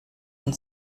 von